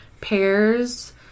pears